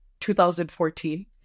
2014